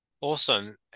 Awesome